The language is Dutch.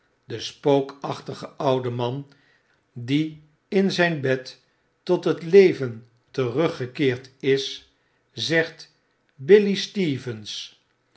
de spookachtige oude man die in zyn bed tot het leventeruggekeerd is zegt billy stevens